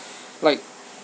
like